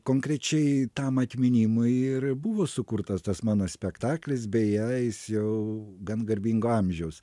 konkrečiai tam atminimui ir buvo sukurtas tas mano spektaklis beje jis jau gan garbingo amžiaus